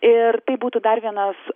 ir tai būtų dar vienas